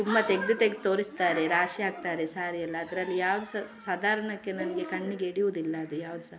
ತುಂಬ ತೆಗೆದು ತೆಗ್ದು ತೋರಿಸ್ತಾರೆ ರಾಶಿ ಹಾಕ್ತರೆ ಸಾರಿ ಎಲ್ಲ ಅದರಲ್ಲಿ ಯಾವ್ದು ಸಹ ಸಾಧಾರ್ಣಕ್ಕೆ ನನಗೆ ಕಣ್ಣಿಗೆ ಹಿಡಿಯುದಿಲ್ಲ ಅದು ಯಾವ್ದು ಸಹ